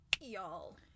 Y'all